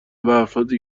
افرادی